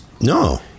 No